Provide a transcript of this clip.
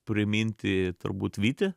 priminti turbūt vytį